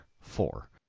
four